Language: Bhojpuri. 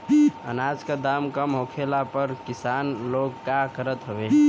अनाज क दाम कम होखले पर किसान लोग का करत हवे?